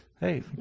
Hey